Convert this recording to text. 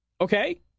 Okay